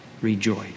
rejoice